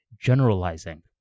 generalizing